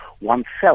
oneself